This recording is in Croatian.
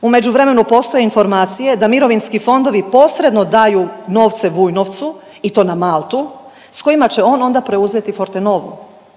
U međuvremenu, postoje informacije da mirovinski fondovi posredno daju novce Vujnovcu i to na Maltu s kojima će on onda preuzeti Fortenovu.